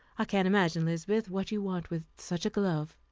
i cannot imagine, lizabeth, what you want with such a glove.